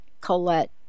Colette